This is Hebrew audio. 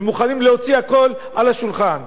ומוכנים להוציא הכול על השולחן.